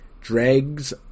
Dregs